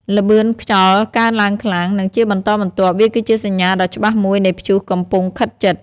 ល្បឿនខ្យល់កើនឡើងខ្លាំង និងជាបន្តបន្ទាប់វាគឺជាសញ្ញាដ៏ច្បាស់មួយនៃព្យុះកំពុងខិតជិត។